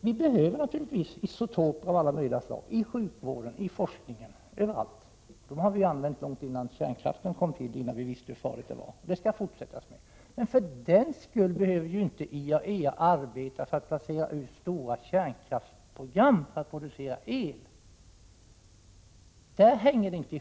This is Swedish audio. Vi behöver naturligtvis isotoper av olika slag inom sjukvården, inom forskningen och på många andra håll. Sådana har använts innan kärnkraften började användas och innan vi visste hur farlig den var. Den användningen måste också fortsätta. Men för den skull behöver inte IAEA arbeta för att stora kärnkraftsprogram för produktion av el placeras ut.